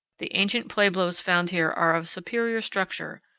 the ancient pueblos found here are of superior structure,